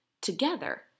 Together